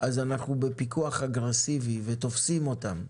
אז אנחנו בפיקוח אגרסיבי ותופסים אותם.